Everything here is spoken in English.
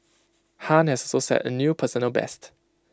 han has so set A new personal best